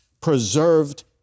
preserved